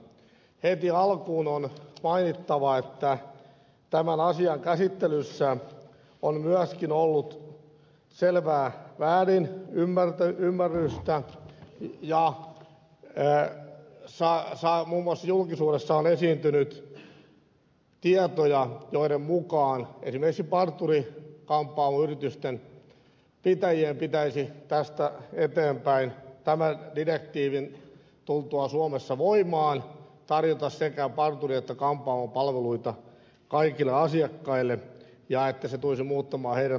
heti alkuun on mainittava että tämän asian käsittelyssä on myöskin ollut selvää väärinymmärrystä ja muun muassa julkisuudessa on esiintynyt tietoja joiden mukaan esimerkiksi parturi kampaamoyritysten pitäjien pitäisi tästä eteenpäin tämän direktiivin tultua suomessa voimaan tarjota sekä parturi että kampaamopalveluita kaikille asiakkaille ja että se tulisi muuttamaan niiden toimintaympäristöä